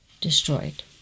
destroyed